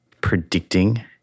predicting